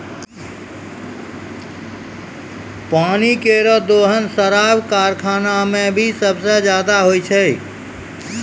पानी केरो दोहन शराब क कारखाना म भी सबसें जादा होय छै